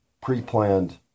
pre-planned